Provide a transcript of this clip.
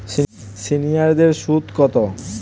সিনিয়ারদের সুদ কত?